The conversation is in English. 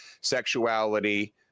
sexuality